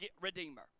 Redeemer